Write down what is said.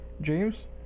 James